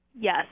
yes